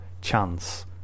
chance